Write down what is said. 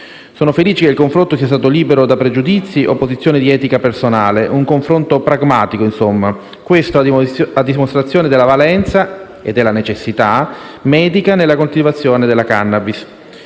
Sono felice che il confronto sia stato libero da pregiudizi o posizioni di etica personale, un confronto pragmatico insomma, questo a dimostrazione della valenza - e della necessità - medica nella coltivazione della *cannabis*.